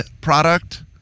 product